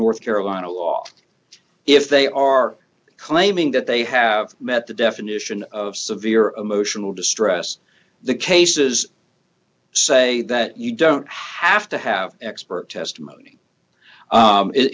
north carolina law if they are claiming that they have met the definition of severe emotional distress the cases say that you don't have to have expert testimony